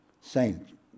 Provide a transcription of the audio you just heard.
saint